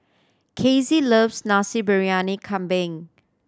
Casey loves Basi Briyani Kambing